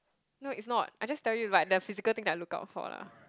no it's not I just tell you like the physical thing that I look out for lah